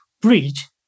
bridge